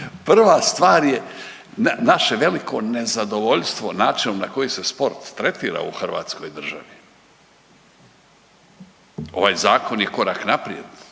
prva stvar je naše veliko nezadovoljstvo načinom na koji se sport tretira u hrvatskoj državi. Ovaj zakon je korak naprijed,